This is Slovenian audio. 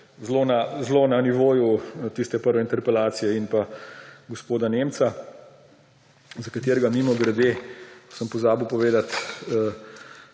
zelo na nivoju tiste prve interpelacije in pa gospoda Nemca, za katerega, mimogrede sem pozabil povedati,